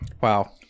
Wow